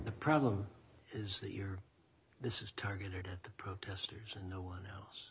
the problem is that you're this is targeted to protesters and no one else